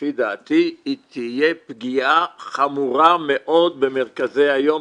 שלפי דעתי היא תהיה פגיעה חמורה מאוד במרכזי היום,